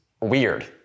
weird